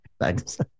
Thanks